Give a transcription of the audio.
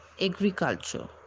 agriculture